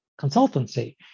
consultancy